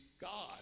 God